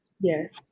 Yes